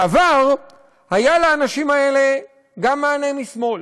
בעבר היה לאנשים האלה גם מענה משמאל,